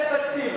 אין תקציב,